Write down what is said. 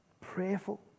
prayerful